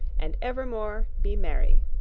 and evermore be merry.